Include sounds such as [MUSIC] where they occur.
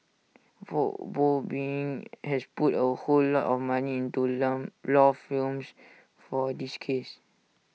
[UNINTELLIGIBLE] boeing has put A whole lot of money into long law firms for this case